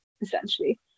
essentially